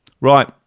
right